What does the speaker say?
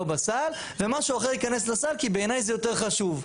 בסל ומשהו אחר ייכנס לסל כי בעיניי זה יותר חשוב.